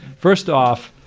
first off,